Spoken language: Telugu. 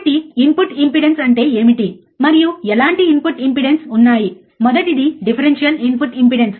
కాబట్టి ఇన్పుట్ ఇంపెడెన్స్ అంటే ఏమిటి మరియు ఎలాంటి ఇన్పుట్ ఇంపెడెన్స్ ఉన్నాయి మొదటిది డిఫరెన్షియల్ ఇన్పుట్ ఇంపెడెన్స్